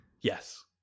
Yes